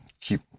keep